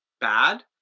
bad